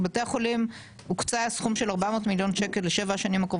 לבתי החולים הוקצה סכום של 400 מיליון שקלים לשיפוץ.